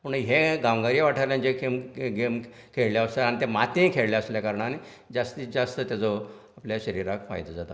पूण हे गांवगिरें वाठाराचें गॅम गॅम खेळ्ळे आसता आनी तें मातयेंत खेळ्ळें आसलें कारणान ज्यास्तीत ज्यास्त तेचो आपल्या शरीराक फायदो जाता